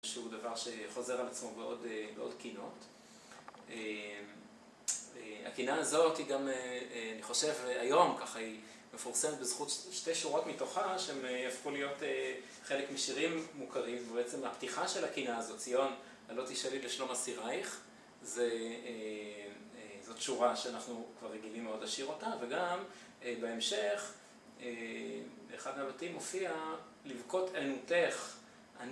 שהוא דבר שחוזר על עצמו בעוד כינות. הכינה הזאת היא גם, אני חושב, היום ככה היא מפורסמת בזכות שתי שורות מתוכה שהן הפכו להיות חלק משירים מוכרים. בעצם הפתיחה של הכינה הזאת, ציון, הלוטי שלי ושלמה סירייך, זאת שורה שאנחנו כבר רגילים מאוד אשיר אותה. וגם בהמשך, באחד מהבתים מופיע לבכות ענותך.